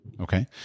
Okay